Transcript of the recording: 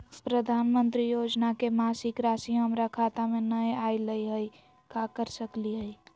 प्रधानमंत्री योजना के मासिक रासि हमरा खाता में नई आइलई हई, का कर सकली हई?